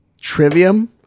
Trivium